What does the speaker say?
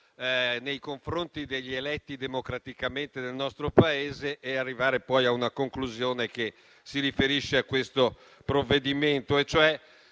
nei confronti degli eletti democraticamente nel nostro Paese, per poi arrivare a una conclusione che si riferisce a questo provvedimento. Io